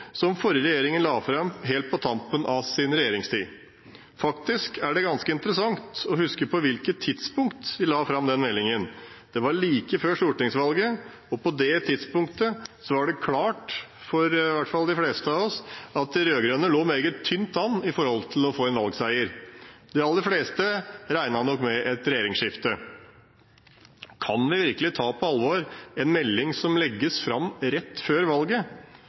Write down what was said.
den forrige regjeringen la fram helt på tampen av sin regjeringstid. Faktisk er det ganske interessant å huske på hvilket tidspunkt de la fram den meldingen. Det var like før stortingsvalget, og på det tidspunktet var det klart – i hvert fall for de fleste av oss – at de rød-grønne lå meget tynt an med hensyn til å få en valgseier. De aller fleste regnet nok med et regjeringsskifte. Kan vi virkelig ta på alvor en melding som legges fram rett før valget?